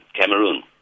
Cameroon